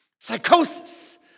psychosis